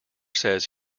says